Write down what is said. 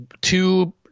two